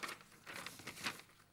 מסעוד גנאים,